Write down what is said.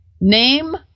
Name